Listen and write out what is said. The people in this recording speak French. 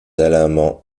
alamans